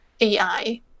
AI